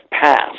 passed